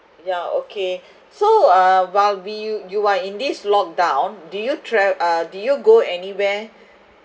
ya okay so uh while we you are in this lockdown did you tra~ uh did you go anywhere